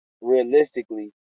realistically